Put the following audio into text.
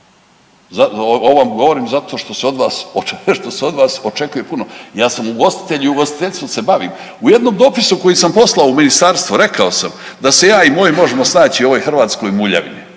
Ovo vam govorim zato što se od vas očekuje puno. Ja sam ugostitelj i ugostiteljstvom se bavim u jednom dopisu koji sam poslao u ministarstvo rekao sam da se ja i moj možemo snaći u ovoj hrvatskoj muljavini,